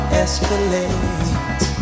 escalate